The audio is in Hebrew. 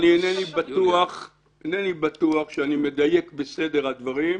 אני אינני בטוח שאני מדייק בסדר הדברים.